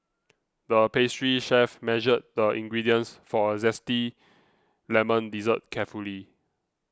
the pastry chef measured the ingredients for a Zesty Lemon Dessert carefully